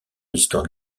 histoire